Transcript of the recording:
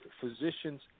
physicians